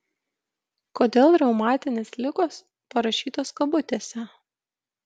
kodėl reumatinės ligos parašytos kabutėse